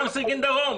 גם סירקין דרום.